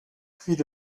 puis